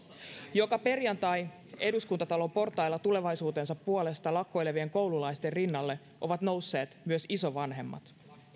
joka perjantaina eduskuntatalon portailla tulevaisuutensa puolesta lakkoilevien koululaisten rinnalle ovat nousseet myös isovanhemmat